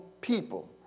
people